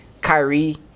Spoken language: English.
Kyrie